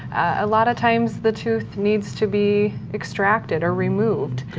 a lot of times the tooth needs to be extracted or removed.